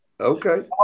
Okay